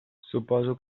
suposo